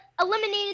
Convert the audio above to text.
eliminated